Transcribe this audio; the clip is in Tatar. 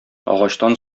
агачтан